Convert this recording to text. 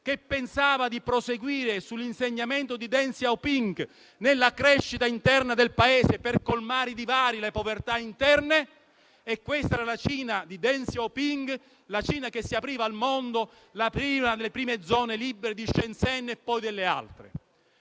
che pensava di proseguire l'insegnamento di Deng Xiaoping sulla crescita interna del Paese per colmare i divari e le povertà interne. Questa era la Cina di Deng Xiaoping, quella che si apriva al mondo, quella delle prime zone economiche speciali di Shenzhen e poi delle altre.